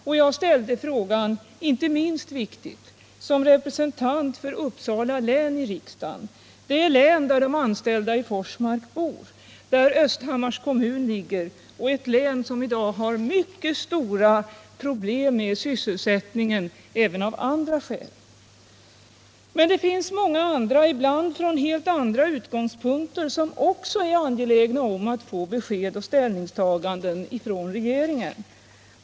Jag framställde också interpellationen — det är inte minst viktigt — som representant för Uppsala län i riksdagen, det län där de anställda i Forsmark bor och där Östhammars kommun ligger, ett län som i dag har mycket stora problem med sysselsättningen även av andra skäl. Men det finns många andra som också — ibland från helt andra utgångspunkter — är angelägna om att få besked och ställningstaganden från regeringen.